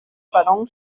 ballon